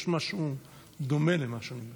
יש משהו דומה למה שאתה אומר.